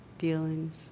feelings